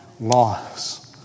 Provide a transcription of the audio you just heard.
laws